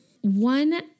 one